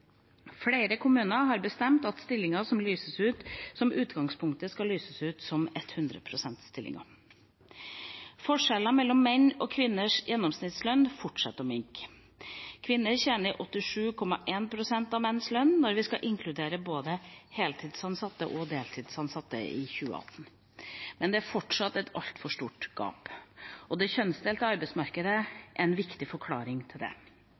Flere kommuner har bestemt at stillinger som lyses ut, som utgangspunkt skal lyses ut som 100-prosentstillinger. Forskjellene mellom menns og kvinners gjennomsnittslønn fortsetter å minke. Kvinner tjente i 2018 87,1 pst. av menns lønn når vi inkluderer både heltidsansatte og deltidsansatte. Men det er fortsatt et altfor stort gap, og det kjønnsdelte arbeidsmarkedet er en viktig forklaring på det.